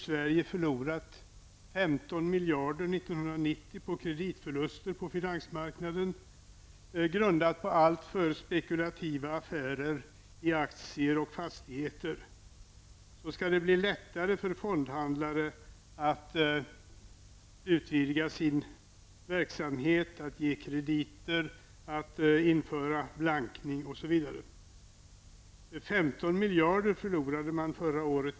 Sverige förlorade 15 miljarder kronor 1990 på kreditförluster på finansmarknaden på grund av alltför spekulativa affärer i aktier och fastigheter. Då skall det bli lättare för fondhandlare att utvidga sin verksamhet, ge krediter, införa blankning osv! 15 miljarder förlorade man förra året.